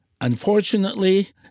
unfortunately